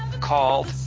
Called